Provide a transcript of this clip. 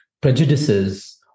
prejudices